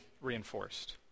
reinforced